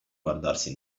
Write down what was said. guardarsi